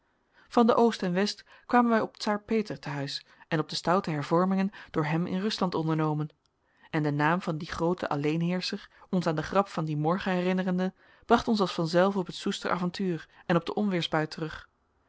van de oost en west kwamen wij op czaar peter te huis en op de stoute hervormingen door hem in rusland ondernomen en de naam van dien grooten alleenheerscher ons aan de grap van dien morgen herinnerende bracht ons als vanzelf op het soester avontuur en op de onweersbui terug